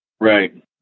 Right